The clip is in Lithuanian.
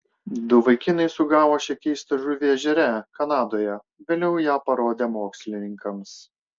du vaikinai sugavo šią keistą žuvį ežere kanadoje vėliau ją parodė mokslininkams